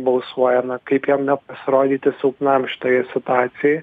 balsuoja na kaip jam pasirodyti silpnam šitoje situacijoj